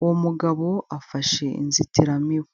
uw'umugabo afashe inzitiramibu.